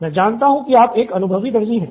मैं जानता हूं की आप एक अनुभवी दर्जी हैं